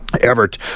Everett